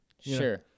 Sure